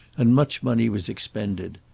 and much money was expended.